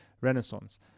renaissance